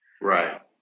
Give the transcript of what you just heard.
Right